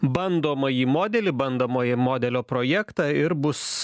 bandomąjį modelį bandomąjį modelio projektą ir bus